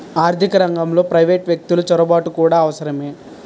ఆర్థిక రంగంలో ప్రైవేటు వ్యక్తులు చొరబాటు కూడా అవసరమే